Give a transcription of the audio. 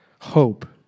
hope